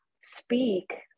speak